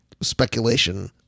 speculation